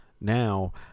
now